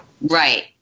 right